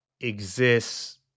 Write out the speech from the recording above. exists